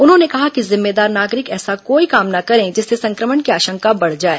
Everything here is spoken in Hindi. उन्होंने कहा कि जिम्मेदार नागरिक ऐसा कोई काम न करें जिससे संक्रमण की आशंका बढ़ जाए